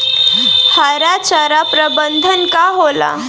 हरा चारा प्रबंधन का होला?